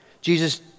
Jesus